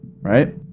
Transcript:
Right